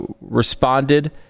responded